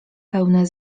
pełne